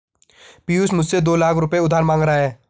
पियूष मुझसे दो लाख रुपए उधार मांग रहा है